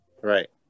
Right